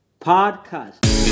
podcast